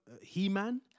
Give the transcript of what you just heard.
he-man